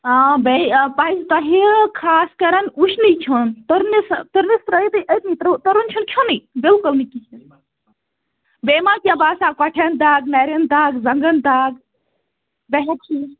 آ بیٚیہِ پَزِ تۄہہِ خاص کَرَن وُشنُے کھیٚون ترنس ترنس ترٲیِو تُہۍ أتتھے تُرُن چھُنہٕ کھیٚونُے بِلکُل نہٕ کِہیٖنۍ بیٚیہِ مہَ کینٛہہ باسان کوٚٹھیٚن دگ نَرنۍ دگ زَنگَن دگ بے ہیٚکتھے